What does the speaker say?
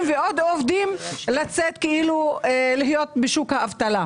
ועוד עובדים לצאת להיות בשוק האבטלה.